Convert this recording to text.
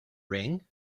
ring